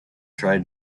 tried